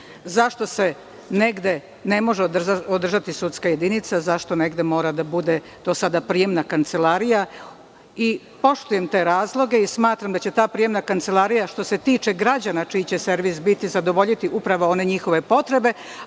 zašto se negde ne može održati sudska jedinica, zašto negde mora da bude to sada prijemna kancelarija i poštujem te razloge. Smatram da će ta prijemna kancelarija, što se tiče građana čiji će servis biti, zadovoljiti upravo one njihove potrebe,